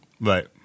Right